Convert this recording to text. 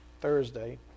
Thursday